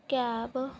cab